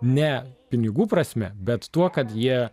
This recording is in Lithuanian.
ne pinigų prasme bet tuo kad jie